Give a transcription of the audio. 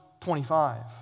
25